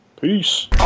Peace